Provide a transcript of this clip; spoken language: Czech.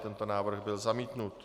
Tento návrh byl zamítnut.